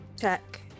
Check